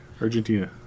Argentina